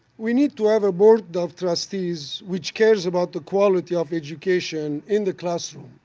we need to have a board of trustees which cares about the quality of education in the class.